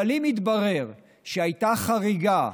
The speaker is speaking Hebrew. אבל אם יתברר שהייתה חריגה,